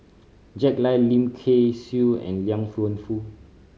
Jack Lai Lim Kay Siu and Liang Wenfu